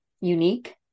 unique